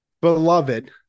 beloved